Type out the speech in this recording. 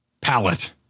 palette